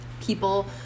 people